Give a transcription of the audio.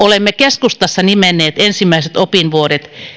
olemme keskustassa nimenneet ensimmäiset opinvuodet